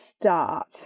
start